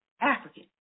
African